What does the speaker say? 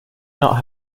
not